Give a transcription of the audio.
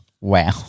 Wow